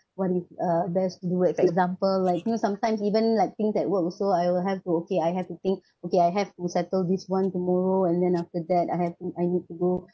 what is uh best to do like for example like you know sometimes even like things at work also I will have to okay I have to think okay I have to settle this [one] tomorrow and then after that I have to I need to go